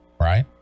right